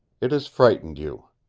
it has frightened you.